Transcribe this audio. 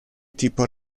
tipo